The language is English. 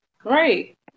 Great